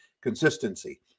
consistency